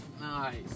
Nice